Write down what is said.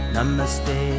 Namaste